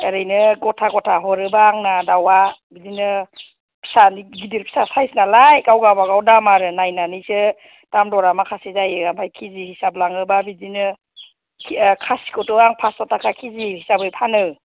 ओरैनो गथा गथा हरोबा आंना दावा बिदिनो फिसानि गिदिर फिसा साइस नालाय गाव गाबागाव दाम आरो नायनानैसो दाम द'रा माखासे जायो ओमफ्राय खिजि हिसाब लाङोबा बिदिनो खासिखौथ' आं फास्स' थाखा खिजि हिसाबै फानो